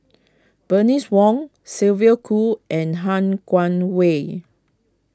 Bernice Wong Sylvia Kho and Han Guangwei